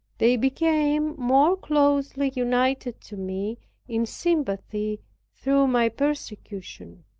they became more closely united to me in sympathy through my persecution.